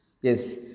Yes